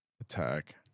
attack